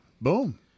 Boom